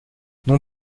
non